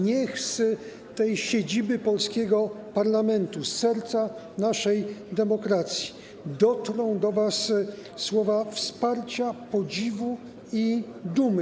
Niech z siedziby polskiego parlamentu, z serca naszej demokracji dotrą do was słowa wsparcia, podziwu i dumy.